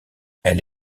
elle